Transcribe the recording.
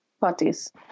parties